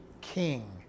king